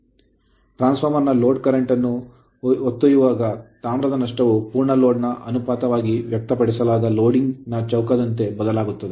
ಆದ್ದರಿಂದ transformer load current ಅನ್ನು ಹೊತ್ತಾಗ ತಾಮ್ರದ ನಷ್ಟವು ಪೂರ್ಣ ಲೋಡ್ ನ ಅನುಪಾತವಾಗಿ ವ್ಯಕ್ತಪಡಿಸಲಾದ ಲೋಡಿಂಗ್ ನ ಚೌಕದಂತೆ ಬದಲಾಗುತ್ತದೆ